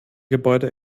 gebäude